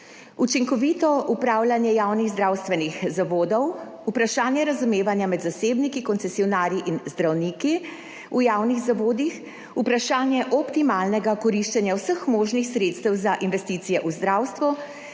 učinkovito upravljanje javnih zdravstvenih zavodov, vprašanje razumevanja med zasebniki, koncesionarji in zdravniki v javnih zavodih, vprašanje optimalnega koriščenja vseh možnih sredstev za investicije v zdravstvu